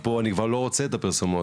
שמייד אתייחס אליהם,